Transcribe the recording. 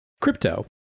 Crypto